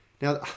Now